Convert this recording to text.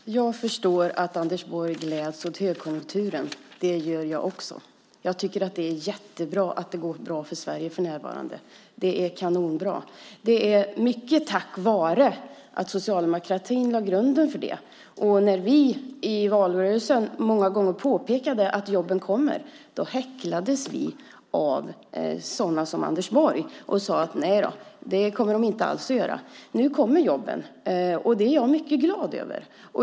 Fru talman! Jag förstår att Anders Borg gläds åt högkonjunkturen. Det gör jag också. Jag tycker att det är jättebra att det går bra för Sverige för närvarande. Det är kanonbra. Det gör det mycket tack vare att socialdemokratin lade grunden för det. När vi i valrörelsen många gånger påpekade att jobben kommer häcklades vi av sådana som Anders Borg som sade att de inte alls skulle komma. Nu kommer jobben, och det är jag mycket glad för.